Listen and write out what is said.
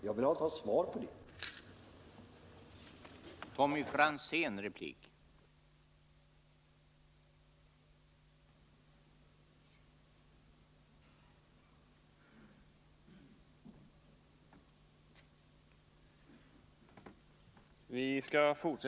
Jag vill ha ett svar på den frågan.